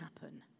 happen